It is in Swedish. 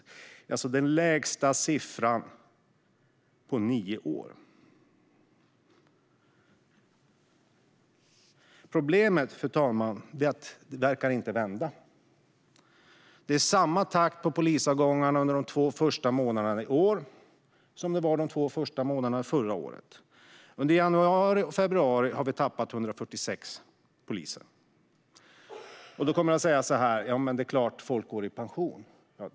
Det var alltså den lägsta siffran på nio år. Problemet är att utvecklingen inte verkar vända. Det är samma takt på polisavgångarna under de två första månaderna i år som det var under de två första månaderna förra året. Under januari och februari har man tappat 146 poliser. Då kan man tro att de har gått i pension.